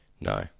No